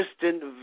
distant